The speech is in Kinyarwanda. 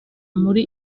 muri